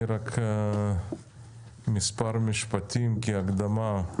אומר מספר משפטים כהקדמה.